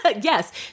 Yes